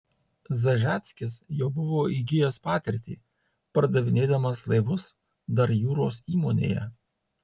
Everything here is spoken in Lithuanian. zažeckis jau buvo įgijęs patirtį pardavinėdamas laivus dar jūros įmonėje